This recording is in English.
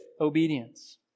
obedience